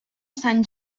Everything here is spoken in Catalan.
sant